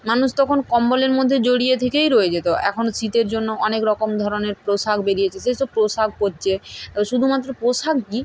মানুষ তখন কম্বলের মধ্যে জড়িয়ে থেকেই রয়ে যেত এখন শীতের জন্য অনেক রকম ধরনের পোশাক বেরিয়েছে সেসব পোশাক পরছে শুধুমাত্র পোশাক কী